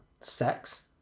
Sex